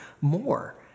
more